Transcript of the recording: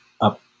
up